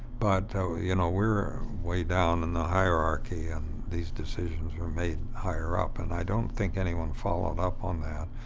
but you know, we were way down in the hierarchy and these decisions were made higher up. and i don't think anyone followed up on that.